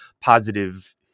positive